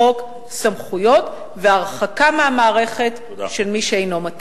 חוק, סמכויות, והרחקה מהמערכת של מי שאינו מתאים.